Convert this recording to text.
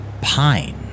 pine